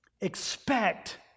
Expect